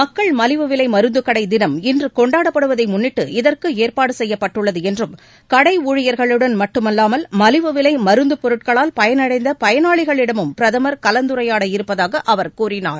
மக்கள் மலிவு விலை மருந்து கடை தினம் இன்று கொண்டாடப்படுவதை முன்னிட்டு இதற்கு ஏற்பாடு செய்யப்பட்டுள்ளது என்றும் கடை ஊழியர்களுடன் மட்டுமல்லாமல் மலிவு விலை மருந்துப் பொருட்களால் பயனடைந்த பயனாளிகளிடமும் பிரதம் கலந்துரையாட இருப்பதாக அவர் கூறினார்